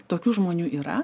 tokių žmonių yra